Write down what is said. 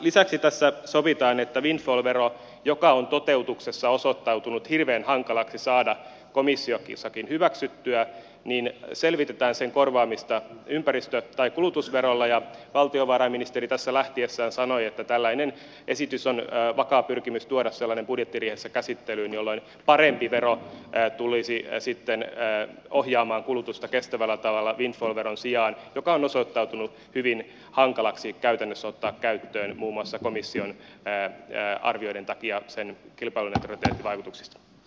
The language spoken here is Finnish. lisäksi tässä sovitaan että selvitetään windfall veron joka on toteutuksessa osoittautunut hirveän hankalaksi saada komissiossakin hyväksyttyä korvaamista ympäristö tai kulutusverolla ja valtiovarainministeri tässä lähtiessään sanoi että on vakaa pyrkimys tuoda tällainen esitys budjettiriihessä käsittelyyn jolloin parempi vero tulisi sitten ohjaamaan kulutusta kestävällä tavalla windfall veron sijaan joka on osoittautunut hyvin hankalaksi käytännössä ottaa käyttöön muun muassa johtuen komission arvioista sen kilpailuneutraliteettivaikutuksista